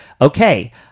okay